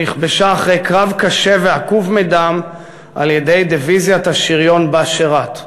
שנכבשה אחרי קרב קשה ועקוב מדם על-ידי דיוויזיית השריון שבה שירת.